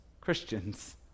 Christians